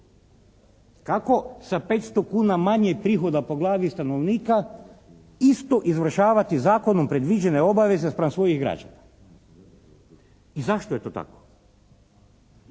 Kako sa 500 kuna manje prihoda po glavi stanovnika isto izvršavati zakonom predviđene obaveze spram svojih građana? I zašto je to tako?